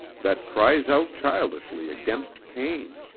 that cries out childishly against pain,